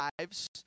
lives